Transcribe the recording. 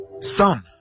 son